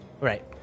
Right